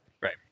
Right